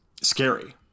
scary